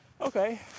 Okay